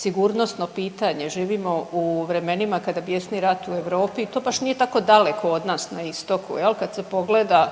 sigurnosno pitanje, živimo u vremenima kada bjesni rat u Europi i to baš nije tako daleko od nas na istoku jel, kad se pogleda